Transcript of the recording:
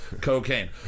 cocaine